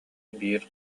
биир